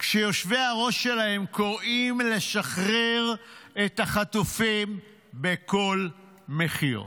שיושבי הראש שלהן קוראים לשחרר את החטופים בכל מחיר.